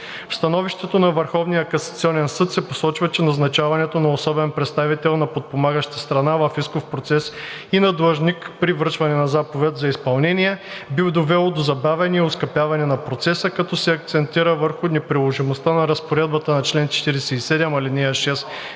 касационен съд се посочва, че назначаването на особен представител на подпомагаща страна в исков процес и на длъжник при връчване на заповед за изпълнение би довело до забавяне и оскъпяване на процеса, като се акцентира върху неприложимостта на Разпоредбата на чл. 47, ал. 6